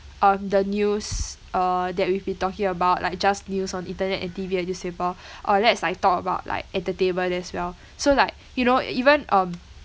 um the news uh that we've been talking about like just news on internet and T_V and newspaper uh let's like talk about like entertainment as well so like you know even um